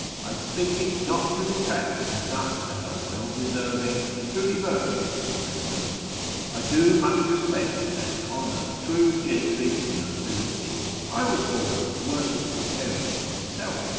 i speak it not to detract from such as are well deserving, truly virtuous and noble i do much respect and honour true gentry and nobility i was born of worshipful parents myself,